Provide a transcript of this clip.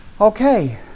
Okay